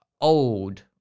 old